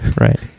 Right